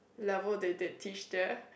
level that they teach there